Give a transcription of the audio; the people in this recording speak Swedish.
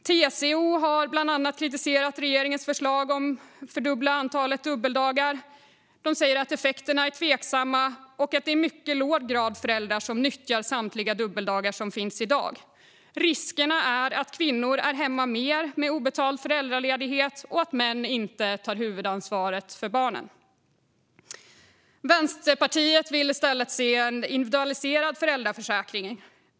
TCO har kritiserat regeringens förslag om att fördubbla antalet dubbeldagar. De säger att effekterna är tveksamma och att det är en mycket låg grad föräldrar som nyttjar samtliga dubbeldagar som finns i dag. Riskerna är att kvinnor är hemma mer med obetald föräldraledighet och att män inte tar huvudansvar för barnen. Vänsterpartiet vill i stället se en individualiserad föräldraförsäkring.